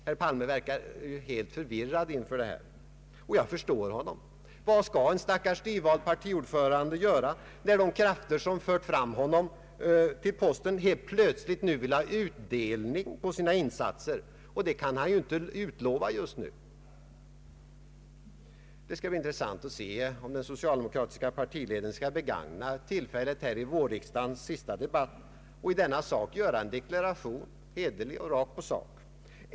Herr Palme verkar helt förvirrad inför det som hänt. Jag förstår honom. Vad skall en stackars nyvald partiordförande göra, när de krafter som fört honom till posten helt plötsligt vill se utdelning på sina insatser? Det kan han ju inte utlova just nu. Det skall bli intressant att se om den socialdemokratiska partiledningen skall begagna tillfället att i vårriksdagens sista debatt i denna sak göra en deklaration — hederlig, rakt på sak.